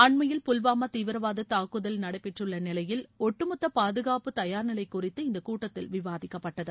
அண்மையில் புல்வாமா தீவிரவாத தாக்குதல் நடைபெற்ற நிலையில் ஒட்டுமொத்த பாதகாப்பு தயார் நிலை குறித்து இந்த கூட்டத்தில் விவாதிக்கப்பட்டது